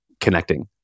connecting